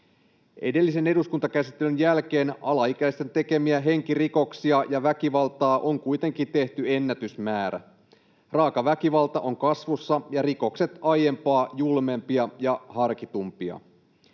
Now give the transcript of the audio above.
Edellisen eduskuntakäsittelyn jälkeen alaikäisten tekemiä henkirikoksia ja väkivaltaa on kuitenkin tehty ennätysmäärä. Raaka väkivalta on kasvussa ja rikokset aiempaa julmempia ja harkitumpia.